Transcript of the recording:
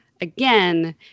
again